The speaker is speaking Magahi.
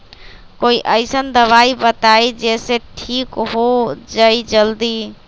कोई अईसन दवाई बताई जे से ठीक हो जई जल्दी?